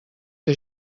que